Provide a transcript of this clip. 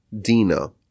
Dina